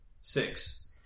Six